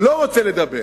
לא רוצה לדבר,